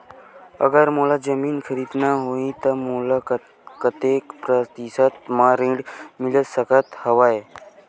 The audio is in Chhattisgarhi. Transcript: अगर मोला जमीन खरीदना होही त मोला कतेक प्रतिशत म ऋण मिल सकत हवय?